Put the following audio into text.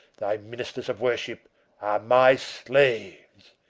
thy ministers of worship, are my slaves!